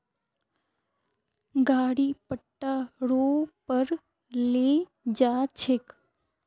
गाड़ी पट्टा रो पर ले जा छेक